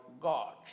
God